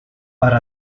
para